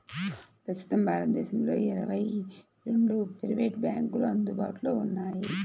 ప్రస్తుతం భారతదేశంలో ఇరవై రెండు ప్రైవేట్ బ్యాంకులు అందుబాటులో ఉన్నాయి